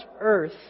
earth